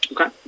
Okay